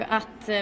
att